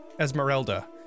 Esmeralda